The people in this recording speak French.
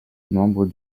membre